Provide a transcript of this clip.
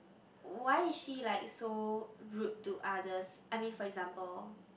why is she like so rude to others I mean for example